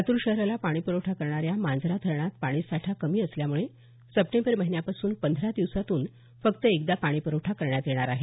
लातूर शहराला पाणी पुरवठा करणाऱ्या मांजरा धरणात पाणी साठा कमी असल्यामुळे सप्टेंबर महिन्यापासून पंधरा दिवसातून फक्त एकदा पाणी पुरवठा करण्यात येणार आहे